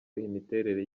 miterere